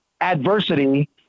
adversity